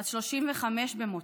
בת 35 במותה,